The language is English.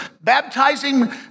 baptizing